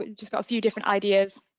just got a few different ideas